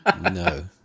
No